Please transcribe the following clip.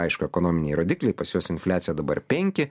aišku ekonominiai rodikliai pas juos infliacija dabar penki